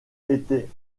était